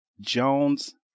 Jones